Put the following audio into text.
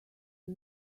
are